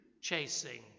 chasing